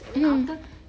mm